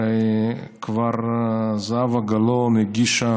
הרי כבר זהבה גלאון הגישה